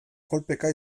kolpeka